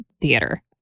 theater